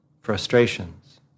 frustrations